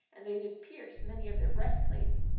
and they did pierce many of their breastplates,